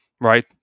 right